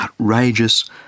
outrageous